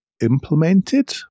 implemented